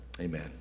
Amen